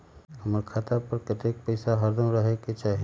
हमरा खाता पर केतना पैसा हरदम रहे के चाहि?